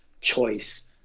choice